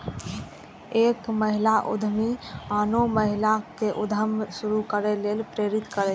एक महिला उद्यमी आनो महिला कें उद्यम शुरू करै लेल प्रेरित करै छै